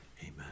Amen